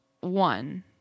one